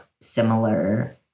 similar